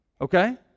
Okay